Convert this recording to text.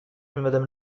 madame